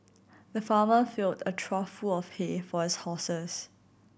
the farmer filled a trough full of hay for his horses